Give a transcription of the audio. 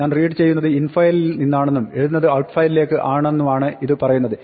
ഞാൻ റീഡ് ചെയ്യുന്നത് infile ലിൽ നിന്നാണെന്നും എഴുതുന്നത് outfile ലേക്ക് ആണുമെന്നാണ് ഇത് പറയുന്നത്